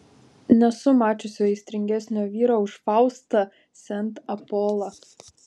nesu mačiusi aistringesnio vyro už faustą sent apolą